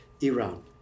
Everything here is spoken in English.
Iran